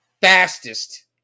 fastest